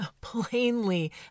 plainly